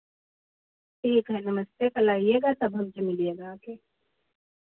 ठीक है नमस्ते कल आइएगा तब हमसे मिलिएगा आके